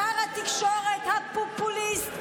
שר התקשורת הפופוליסט,